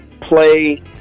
play